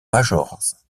majors